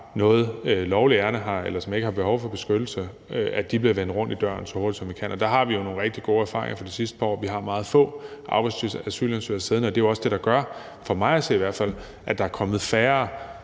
noget lovligt ærinde her, eller som ikke har behov for beskyttelse, bliver vendt rundt i døren, så hurtigt som vi kan. Og der har vi jo nogle rigtig gode erfaringer fra de seneste par år. Vi har meget få afviste asylansøgere siddende, og det er også det, der i hvert fald for mig at se gør, at der er kommet færre